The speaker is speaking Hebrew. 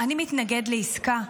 אני מתנגד לעסקה.